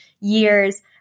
years